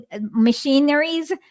machineries